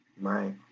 Right